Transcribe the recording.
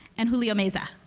and julio meza.